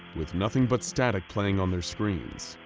with nothing but static playing on their screens.